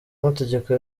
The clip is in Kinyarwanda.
amategeko